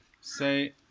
Say